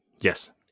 Yes